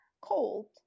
cold